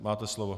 Máte slovo.